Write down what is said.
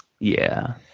yeah.